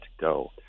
Go